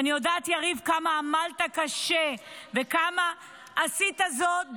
ואני יודעת, יריב, כמה קשה עמלת וכמה עשית זאת.